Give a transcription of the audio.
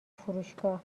فروشگاه